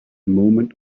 moment